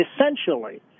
essentially